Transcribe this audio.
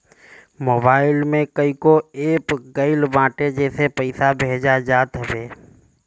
mobile में कईगो app आ गईल बाटे जेसे पईसा भेजल जात हवे